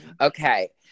Okay